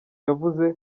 yavuze